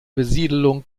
besiedlung